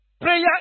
Prayer